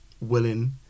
willing